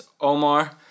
Omar